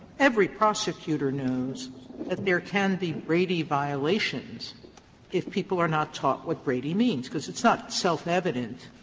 every prosecutor knows that there can be brady violations if people are not taught what brady means, because it's not self-evident